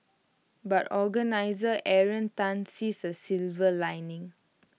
but organiser Aaron Tan sees A silver lining